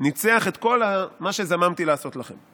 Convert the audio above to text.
ניצח את כל מה שזממתי לעשות לכם.